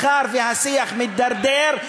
מאחר שהשיח מידרדר,